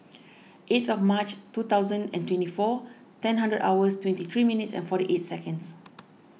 eighth of March two thousand and twenty four ten hundred hours twenty three minutes and forty eight seconds